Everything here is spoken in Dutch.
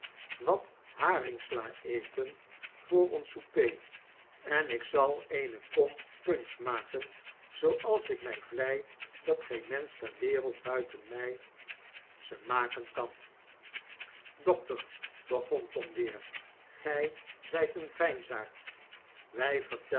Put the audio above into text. wat haringsla eten voor ons souper en ik zal eene kom punch maken zooals ik mij vlei dat geen mensch ter wereld buiten mij ze maken kan dokter begon tom weer gij zijt een veinsaard wij